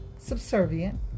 subservient